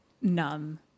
numb